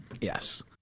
Yes